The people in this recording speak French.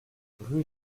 rue